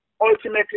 ultimately